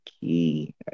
key